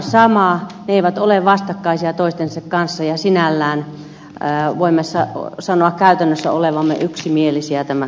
ne eivät ole vastakkaisia toistensa kanssa ja sinällään voimme sanoa käytännössä olevamme yksimielisiä tämän lain kannalta